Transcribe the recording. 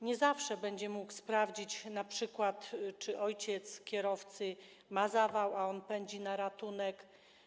Nie zawsze będzie mógł sprawdzić np., czy ojciec kierowcy ma zawał, a on pędzi na ratunek.